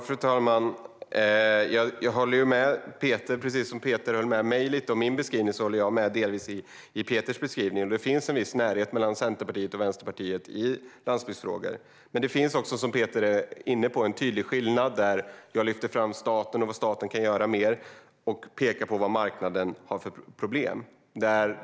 Fru talman! Precis som Peter Helander höll med mig i min beskrivning håller jag delvis med om Peters beskrivning. Det finns en viss närhet mellan Centerpartiet och Vänsterpartiet i landsbygdsfrågor, men det finns också, som Peter är inne på, en tydlig skillnad där jag lyfter fram vad staten kan göra mer och pekar på vad marknaden har för problem.